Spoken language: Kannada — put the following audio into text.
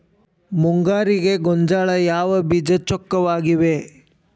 ಮುಂಗಾರಿಗೆ ಗೋಂಜಾಳ ಯಾವ ಬೇಜ ಚೊಕ್ಕವಾಗಿವೆ?